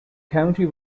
county